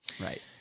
right